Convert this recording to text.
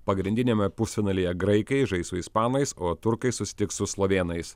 pagrindiniame pusfinalyje graikai žais su ispanais o turkai susitiks su slovėnais